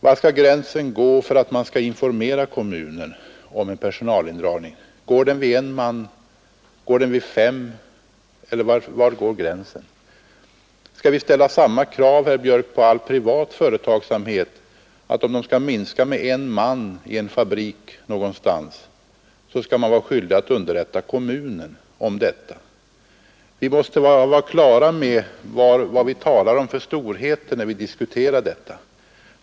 Var skall gränsen gå för att informera kommunen om en personalindragning? Går den vid en man, går den vid fem eller var går gränsen? Skall vi ställa samma krav, herr Björk, på all privat företagsamhet, att om ett företag skall minska personalstyrkan med en man i en fabrik någonstans, så skall företaget vara skyldigt att underrätta kommunen om detta? Vi måste vara på det klara med vad vi talar om för storheter, när vi diskuterar detta.